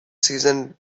season